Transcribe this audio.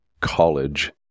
college